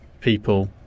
people